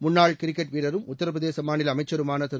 முன்னாள் கிரிக்கெட் வீரரும் உத்தரபிரதேச மாநில அமைச்சருமான திரு